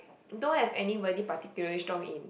don't have anybody particularly strong in